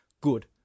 good